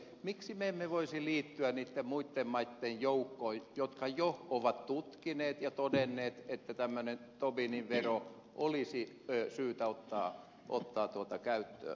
miksi me emme voisi liittyä niitten muitten maitten joukkoon jotka jo ovat tutkineet ja todenneet että tämmöinen tobinin vero olisi syytä ottaa käyttöön